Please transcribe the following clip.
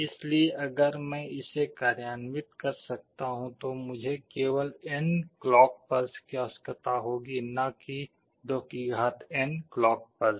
इसलिए अगर मैं इसे कार्यान्वित कर सकता हूं तो मुझे केवल n क्लॉक पल्स की आवश्यकता होगी न कि 2n क्लॉक पल्स